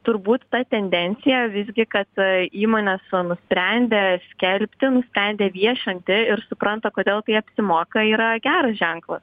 turbūt ta tendencija visgi kad įmonės nusprendė skelbti nusprendė viešinti ir supranta kodėl tai apsimoka yra geras ženklas